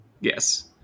Yes